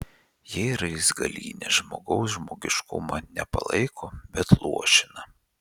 jei raizgalynė žmogaus žmoniškumą ne palaiko bet luošina